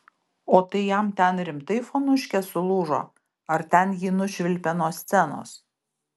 o tai jam ten rimtai fonuškė sulūžo ar ten jį nušvilpė nuo scenos